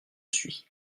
suis